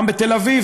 גם בתל אביב,